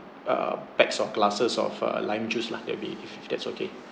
uh bags or glasses of uh lime juice lah there will be if that's okay